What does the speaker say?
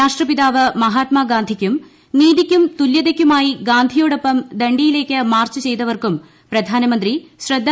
രാഷ്ട്രപിതാവ് മഹാത്മാഗാന്ധിക്കും നീതിക്കും തുലൃതയ്ക്കുമായി ഗാന്ധിയോടൊപ്പം ദണ്ഡിയിലേക്ക് മാർച്ച് ചെയ്തവർക്കും പ്രധാനമന്ത്രി ശ്രദ്ധാജ്ഞലി അർപ്പിച്ചു